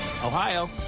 Ohio